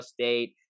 State